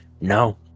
No